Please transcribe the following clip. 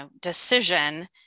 decision